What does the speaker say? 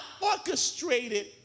orchestrated